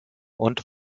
und